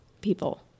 people